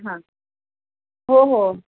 हां हो हो